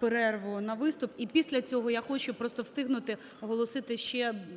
перерву на виступ. І після цього я хочу просто встигнути оголосити ще близько